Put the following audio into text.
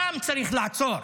אותם צריך לעצור,